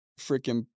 freaking